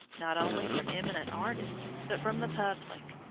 not only from eminent artists, but from the public,